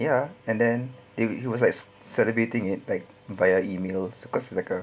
ya and then he was like celebrating it back via email quite cynical